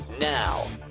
Now